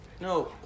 No